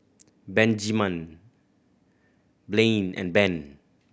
Benjiman Blaine and Ben